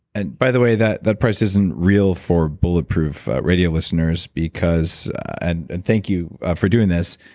and by the way, that that price isn't real for bulletproof radio listeners because, and and thank you for doing this,